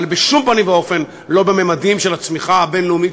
אבל בשום פנים ואופן לא בממדים של הצמיחה הבין-לאומית,